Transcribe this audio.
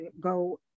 go